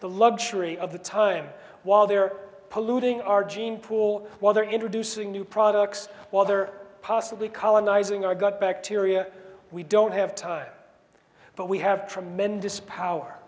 the luxury of the time while they're polluting our gene pool while they're introducing new products while they're possibly colonizing our gut bacteria we don't have time but we have tremendous power